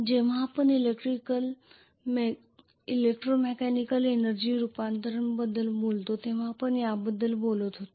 जेव्हा आपण electromechanical energy रूपांतरणाबद्दल बोललो तेव्हा आपण याबद्दल बोलत होतो